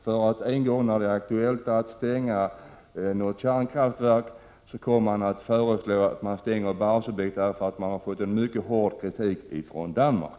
När det en gång blir aktuellt att stänga något kärnkraftverk kommer man att föreslå att Barsebäck stängs, därför att man har fått mycket hård kritik från Danmark.